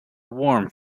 warm